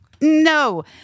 no